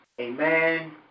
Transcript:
Amen